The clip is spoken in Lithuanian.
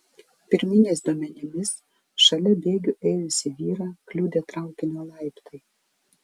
pirminiais duomenimis šalia bėgių ėjusį vyrą kliudė traukinio laiptai